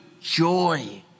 joy